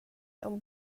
aunc